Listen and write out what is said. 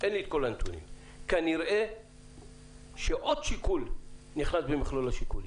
אין לי את כל הנתונים שעוד שיקול נכנס במכלול השיקולים.